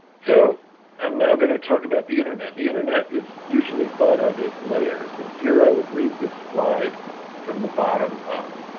so i'm now going to talk about the internet internet is usually thought of as layers and here i would read this slide from the bottom up,